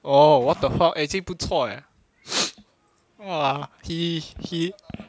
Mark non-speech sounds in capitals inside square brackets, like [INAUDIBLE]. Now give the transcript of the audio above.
or what the fuck actually 不错 eh [NOISE] !wah! he he